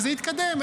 וזה התקדם.